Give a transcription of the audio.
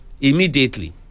immediately